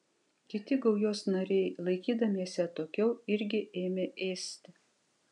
kiti gaujos nariai laikydamiesi atokiau irgi ėmė ėsti